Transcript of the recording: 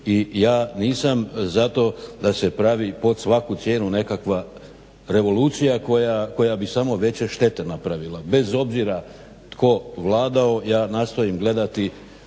i ja nisam za to da se pravi pod svaku cijenu nekakva revolucija koja bi samo veće štete napravila. Bez obzira tko vladao ja nastojim gledati